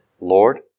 Lord